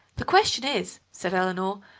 the question is, said eleanor,